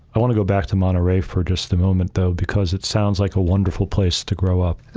i want to go back to monterey for just a moment though, because it sounds like a wonderful place to grow up.